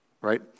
right